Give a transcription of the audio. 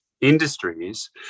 industries